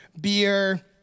beer